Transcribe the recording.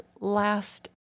last